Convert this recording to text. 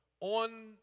on